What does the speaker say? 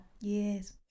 Yes